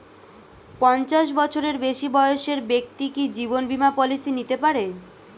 পঞ্চাশ বছরের বেশি বয়সের ব্যক্তি কি জীবন বীমা পলিসি নিতে পারে?